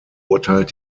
beurteilt